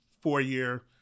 four-year